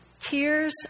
Tears